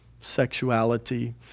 sexuality